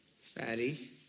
fatty